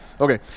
okay